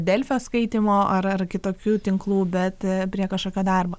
delfio skaitymo ar ar kitokių tinklų bet prie kažkokio darbo